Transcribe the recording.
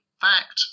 fact